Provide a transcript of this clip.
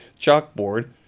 chalkboard